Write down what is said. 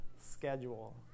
schedule